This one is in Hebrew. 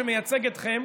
שמייצג אתכם,